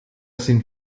sind